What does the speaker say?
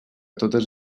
totes